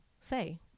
say